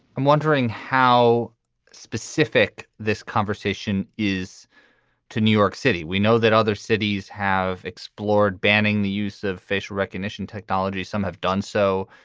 i'm wondering how specific this conversation is to new york city, we know that other cities have explored banning the use of facial recognition technology. some have done so.